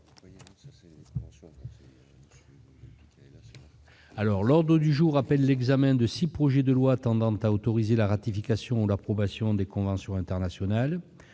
Sénat. L'ordre du jour appelle l'examen de six projets de loi tendant à autoriser la ratification ou l'approbation de conventions internationales.